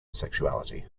sexuality